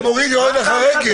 אתה מוריד, יורד לך רגל.